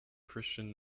christian